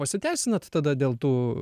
pasiteisinat tada dėl tų